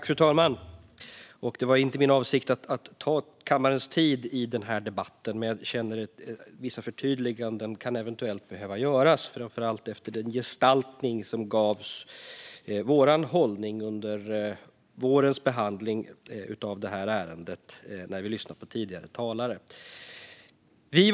Fru talman! Det var inte min avsikt att uppta kammarens tid i denna debatt, men jag känner att vissa förtydliganden kan behöva göras, framför allt efter den gestaltning av vår hållning under vårens behandling av detta ärende som tidigare talare gav.